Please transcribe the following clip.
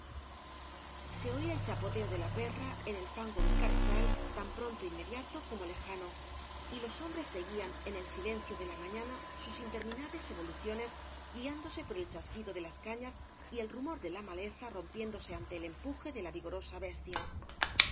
se oía el chapoteo de la perra en el fango del carrizal tan pronto inmediato como lejano y los hombres seguian en el silencio de la mañana sus interminables evoluciones guiándose por el chas quido de las cañas y el rumor de la maleza rompiéndose ante el empuje de la vigorosa bestia